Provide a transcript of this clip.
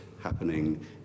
happening